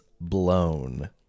blown